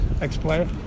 ex-player